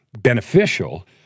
beneficial